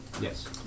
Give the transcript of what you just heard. Yes